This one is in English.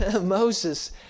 Moses